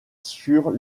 sur